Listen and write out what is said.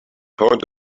point